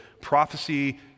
prophecy